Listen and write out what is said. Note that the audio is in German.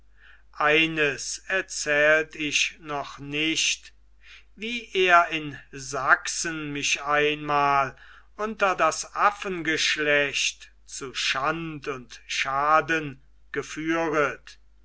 eines erzählt ich noch nicht wie er in sachsen mich einmal unter das affengeschlecht zu schand und schaden geführet